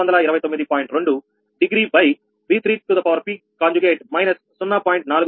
2 degree by minus 0